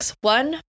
One